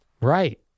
Right